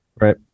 Right